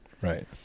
Right